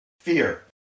fear